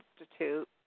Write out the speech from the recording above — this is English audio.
Institute